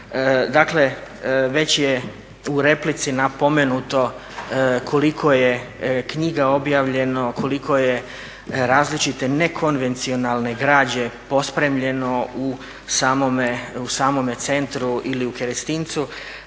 Dakle, već je u replici napomenuto koliko je knjiga objavljeno, koliko je različite nekonvencionalne građe pospremljeno u samome centru ili u Kerestincu.